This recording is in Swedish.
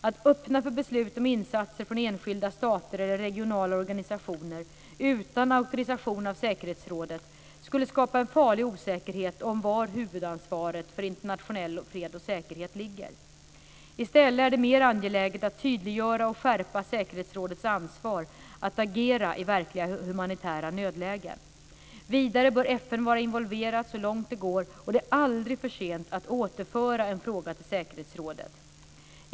Att öppna för beslut om insatser från enskilda stater eller regionala organisationer utan auktorisation av säkerhetsrådet skulle skapa en farlig osäkerhet om var huvudansvaret för internationell fred och säkerhet ligger. I stället är det mer angeläget att tydliggöra och skärpa säkerhetsrådets ansvar att agera i verkligt humanitära nödlägen. Vidare bör FN vara involverat så långt det går, och det är aldrig för sent att återföra en fråga till säkerhetsrådet.